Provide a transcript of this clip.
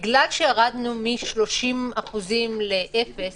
שירדנו מ-30% לאפס